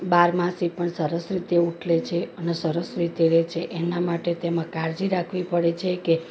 બારમાસી પણ સરસ રીતે ઉછરે છે અને સરસ રીતે રહે છે એના માટે તેમાં કાળજી રાખવી પડે છે કે